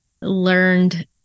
learned